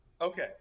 Okay